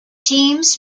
teams